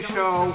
Show